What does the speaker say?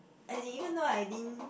as in even though I didn't